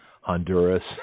Honduras